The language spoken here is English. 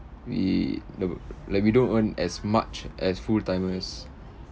we ne~ like we don't earn as much as full-timers